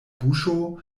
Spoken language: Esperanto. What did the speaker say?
buŝo